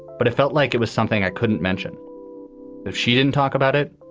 but it felt like it was something i couldn't mention if she didn't talk about it.